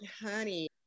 honey